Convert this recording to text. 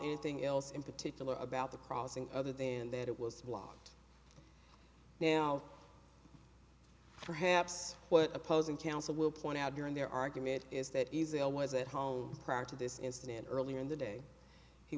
anything else in particular about the crossing other than that it was blocked now perhaps what opposing counsel will point out during their argument is that israel was at home prior to this incident earlier in the day he